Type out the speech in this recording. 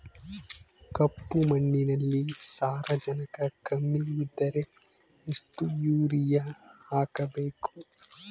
ಕಪ್ಪು ಮಣ್ಣಿನಲ್ಲಿ ಸಾರಜನಕ ಕಮ್ಮಿ ಇದ್ದರೆ ಎಷ್ಟು ಯೂರಿಯಾ ಹಾಕಬೇಕು?